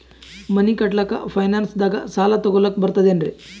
ಮನಿ ಕಟ್ಲಕ್ಕ ಫೈನಾನ್ಸ್ ದಾಗ ಸಾಲ ತೊಗೊಲಕ ಬರ್ತದೇನ್ರಿ?